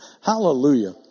Hallelujah